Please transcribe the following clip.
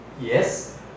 yes